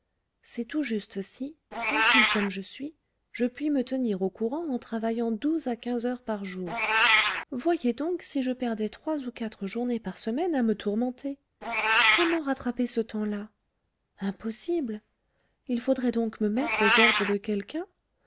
c'est tout juste si tranquille comme je suis je puis me tenir au courant en travaillant douze à quinze heures par jour voyez donc si je perdais trois ou quatre journées par semaine à me tourmenter comment rattraper ce temps-là impossible il faudrait donc me mettre aux ordres de quelqu'un